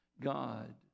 God